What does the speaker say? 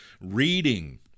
Reading